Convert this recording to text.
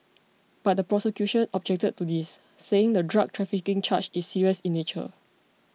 but the prosecution objected to this saying the drug trafficking charge is serious in nature